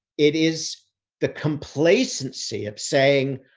it is the complacency of saying,